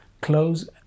Close